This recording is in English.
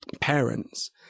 parents